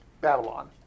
Babylon